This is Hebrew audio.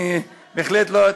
אני בהחלט לא.